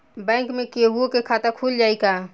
Bank में केहूओ के खाता खुल जाई का?